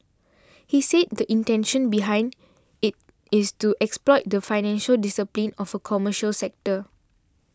he said the intention behind it is to exploit the financial discipline of a commercial sector